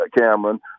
Cameron